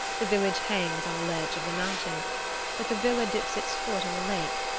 the village hangs on a ledge of the mountain but the villa dips its foot in the lake,